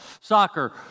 soccer